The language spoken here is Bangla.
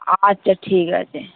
আচ্ছা ঠিক আছে